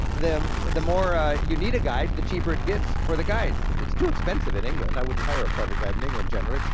the the more you need a guide, the cheaper it gets for the guide. it's too expensive in england, i wouldn't hire a private guide in england generally,